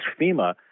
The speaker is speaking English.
FEMA